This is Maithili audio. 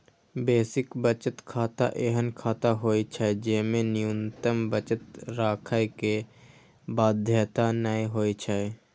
बेसिक बचत खाता एहन खाता होइ छै, जेमे न्यूनतम बचत राखै के बाध्यता नै होइ छै